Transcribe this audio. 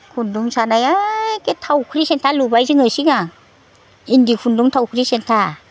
खुन्दुं सानाय एखे थावख्रि सेन्थाय लुबाय जोङो सिगां इन्दि खुन्दुं थावख्रि सेन्था